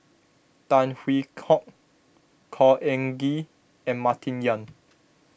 Tan Hwee Hock Khor Ean Ghee and Martin Yan